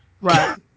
Right